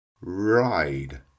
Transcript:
Ride